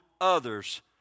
others